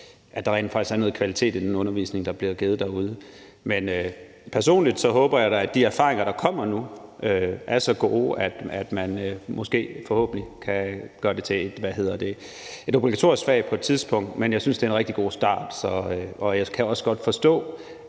at der rent faktisk er noget kvalitet i den undervisning, der bliver givet derude. Men personligt håber jeg da, at de erfaringer, der kommer nu, er så gode, at man måske, forhåbentlig, kan gøre det til et obligatorisk fag på et tidspunkt. Men jeg synes, det er en rigtig god start, og jeg kan også godt forstå,